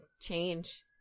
change